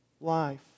life